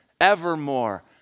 evermore